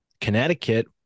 Connecticut